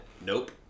nope